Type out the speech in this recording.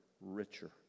richer